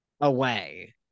away